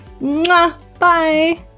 Bye